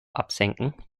absenken